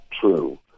true